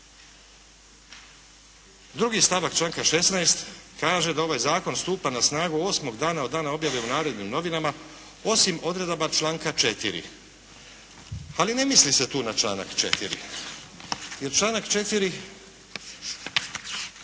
2. stavak članka 16. kaže da ovaj Zakon stupa na snagu osmog dana od dana objave u "Narodnim novinama" osim odredaba članka 4. Ali ne misli se tu na članak 4., jer članak 4.